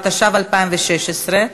התשע"ו 2016,